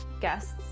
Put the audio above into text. guests